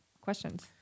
questions